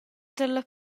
dalla